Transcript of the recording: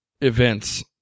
events